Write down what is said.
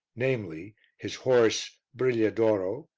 namely, his horse, brigliadoro,